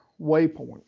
waypoint